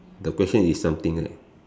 the question is something right